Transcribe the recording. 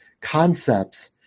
concepts